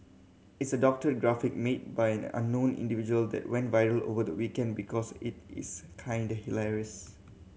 it's a doctored graphic made by an unknown individual that went viral over the weekend because it is kinda hilarious